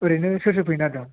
ओरैनो सोर सोर फैनो नागिरदों